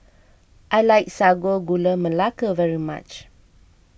I like Sago Gula Melaka very much